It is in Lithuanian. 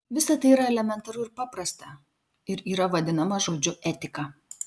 visa tai yra elementaru ir paprasta ir yra vadinama žodžiu etika